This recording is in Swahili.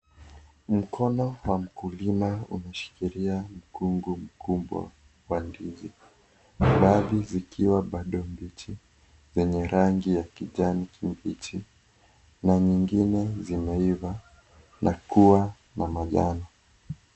Mkono wa mkulima imeshikilia kungu kubwa wa ndizi baadhi zikiwa bado mbichi yenye rangi ya kijani kibichi na zingune zimeiva na kuwa wa manjano.